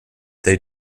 they